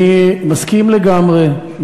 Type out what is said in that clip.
אני מסכים לגמרי,